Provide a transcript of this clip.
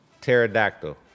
pterodactyl